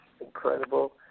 incredible